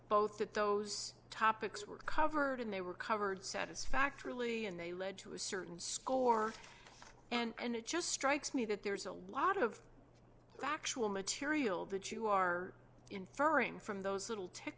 both that those topics were covered and they were covered satisfactorily and they lead to a certain score and it just strikes me that there's a lot of factual material that you are inferring from those little tech